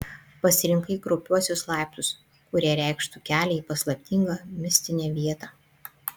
pasirinkai kraupiuosius laiptus kurie reikštų kelią į paslaptingą mistinę vietą